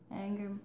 anger